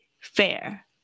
fair